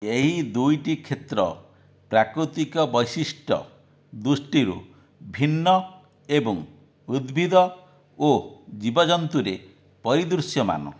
ଏହି ଦୁଇଟି କ୍ଷେତ୍ର ପ୍ରାକୃତିକ ବୈଶିଷ୍ଟ୍ୟ ଦୃଷ୍ଟିରୁ ଭିନ୍ନ ଏବଂ ଉଦ୍ଭିଦ ଓ ଜୀବଜନ୍ତୁରେ ପରିଦୃଶ୍ୟମାନ